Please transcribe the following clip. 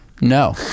No